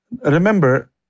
Remember